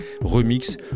remix